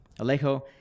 Alejo